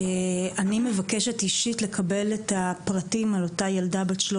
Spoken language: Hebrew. אני מבקשת אישית לקבל את הפרטים על אותה ילדה בת 13